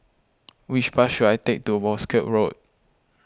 which bus should I take to Wolskel Road